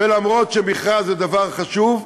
וגם אם מכרז זה דבר חשוב,